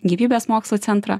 gyvybės mokslų centrą